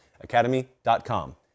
academy.com